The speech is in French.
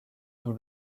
nous